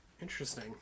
Interesting